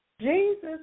Jesus